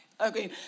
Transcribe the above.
Okay